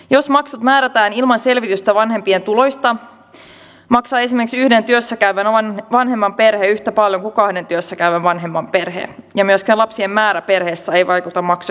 jos maksut määrätään ilman selvitystä vanhempien tuloista maksaa esimerkiksi yhden työssä käyvän vanhemman perhe yhtä paljon kuin kahden työssä käyvän vanhemman perhe ja myöskään lapsien määrä perheessä ei vaikuta maksujen suuruuteen